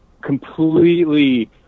completely